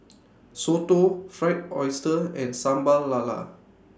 Soto Fried Oyster and Sambal Lala